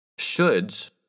Shoulds